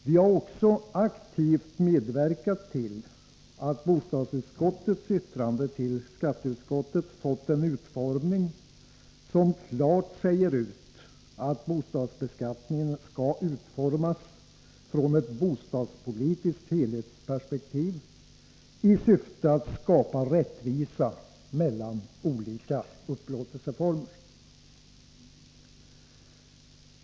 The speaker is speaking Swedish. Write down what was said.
Vi har också aktivt medverkat till att bostadsutskottets yttrande till skatteutskottet fått en utformning som klart säger ut att bostadsbeskattningen skall utformas från ett bostadspolitiskt helhetsperspektiv i syfte att skapa rättvisa mellan olika upplåtelseformer.